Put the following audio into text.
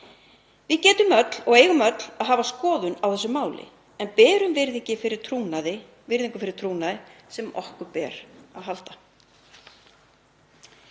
Við getum öll og eigum öll að hafa skoðun á þessu máli en berum virðingu fyrir trúnaði sem okkur ber að halda.